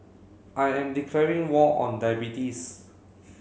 I am declaring war on diabetes